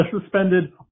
suspended